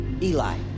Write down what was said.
Eli